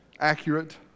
accurate